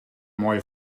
mooie